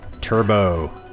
Turbo